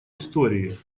истории